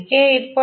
ആയിരിക്കും